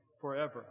forever